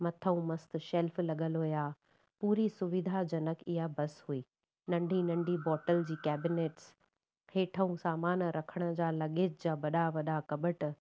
मथां मस्तु शैल्फ लॻल हुया पूरी सुविधाजनक इहा बस हुई नंढी नंढी बॉटल जी कैबिनेट्स हेठां सामान रखण जा लगेज जा वॾा वॾा कबट